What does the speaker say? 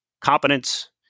competence